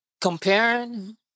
comparing